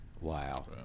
wow